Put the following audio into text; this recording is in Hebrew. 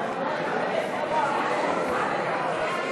נתקבל.